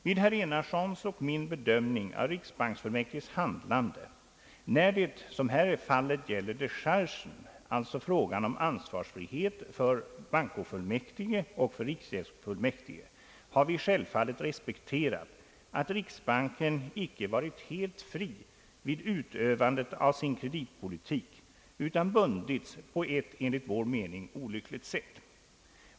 Vid herr Enarssons och min bedömning av riksbanksfullmäktiges handlande när det som i detta fall gäller dechargen har vi självfallet respekterat, att riksbanken icke varit helt fri vid utövandet av sin kreditpolitik utan bundits på ett enligt vår mening olyckligt sätt.